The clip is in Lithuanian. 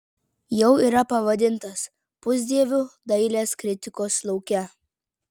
jau yra pavadintas pusdieviu dailės kritikos lauke